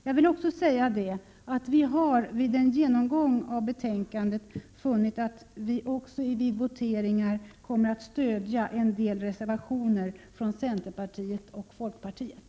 Jag vill också säga att vi efter en genomgång av Setankandet har funnit att vi vid voteringarna också bör stödja en del reservationer från centerpartiet och folkpartiet.